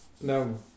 No